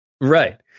Right